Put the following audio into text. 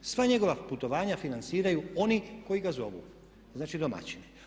Sva njegova putovanja financiraju oni koji ga zovu, znači domaćini.